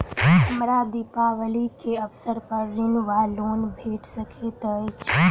हमरा दिपावली केँ अवसर पर ऋण वा लोन भेट सकैत अछि?